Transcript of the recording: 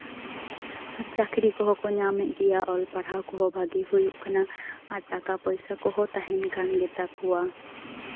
ᱟᱨ ᱪᱟᱠᱨᱤ ᱠᱚᱦᱚᱸ ᱠᱚ ᱧᱟᱢ ᱮᱜ ᱜᱮᱭᱟ ᱚᱞ ᱯᱟᱲᱦᱟᱣ ᱠᱚᱦᱚᱸ ᱵᱷᱟᱹᱜᱤ ᱦᱩᱭᱩᱜ ᱠᱟᱱᱟ ᱟᱨ ᱴᱟᱠᱟ ᱯᱚᱭᱥᱟ ᱠᱚᱦᱚᱸ ᱛᱟᱦᱮᱱ ᱠᱟᱱ ᱜᱮᱛᱟ ᱠᱚᱣᱟ